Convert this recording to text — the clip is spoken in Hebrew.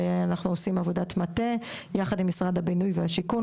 ואנחנו עושים עבודת מטה יחד עם משרד הבינוי והשיכון,